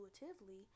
intuitively